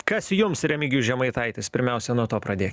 kas jums remigijus žemaitaitis pirmiausia nuo to pradė